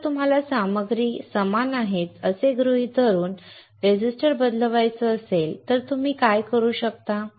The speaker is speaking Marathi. पण जर तुम्हाला सामग्री समान आहे असे गृहीत धरून प्रतिकार बदलायचा असेल तर तुम्ही काय करू शकता